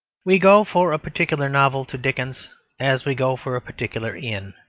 we go for a particular novel to dickens as we go for a particular inn.